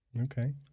Okay